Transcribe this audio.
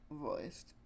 Voiced